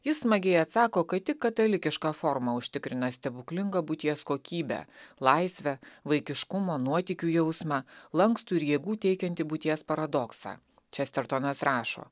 jis smagiai atsako kad tik katalikiška forma užtikrina stebuklingą būties kokybę laisvę vaikiškumo nuotykių jausmą lankstų ir jėgų teikiantį būties paradoksą čestertonas rašo